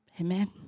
Amen